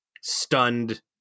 stunned